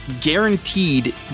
guaranteed